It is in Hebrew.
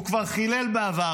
הוא כבר חילל בעבר,